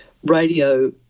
radio